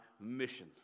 mission